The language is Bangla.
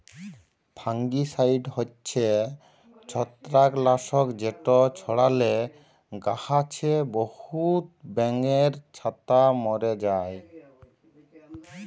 ফাঙ্গিসাইড হছে ছত্রাক লাসক যেট ছড়ালে গাহাছে বহুত ব্যাঙের ছাতা ম্যরে যায়